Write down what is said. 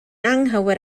anghywir